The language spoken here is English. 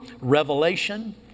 revelation